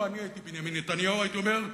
לו אני הייתי בנימין נתניהו, הייתי אומר: